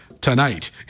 tonight